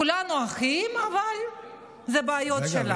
כולנו אחים, אבל אלו הבעיות שלך.